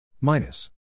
minus